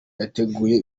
yateguye